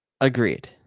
Agreed